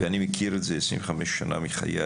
אני מכיר את זה 25 שנה מחיי